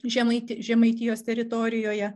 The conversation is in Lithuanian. žemaiti žemaitijos teritorijoje